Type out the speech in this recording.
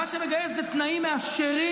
מזל שיש את מי להאשים.